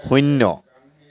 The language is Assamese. শূন্য